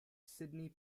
sydney